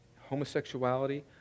homosexuality